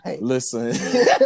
Listen